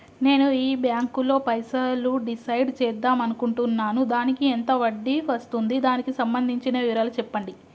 నేను ఈ బ్యాంకులో పైసలు డిసైడ్ చేద్దాం అనుకుంటున్నాను దానికి ఎంత వడ్డీ వస్తుంది దానికి సంబంధించిన వివరాలు చెప్పండి?